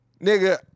Nigga